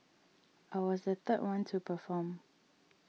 I was the third one to perform